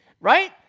right